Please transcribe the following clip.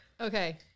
Okay